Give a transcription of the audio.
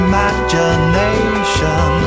Imagination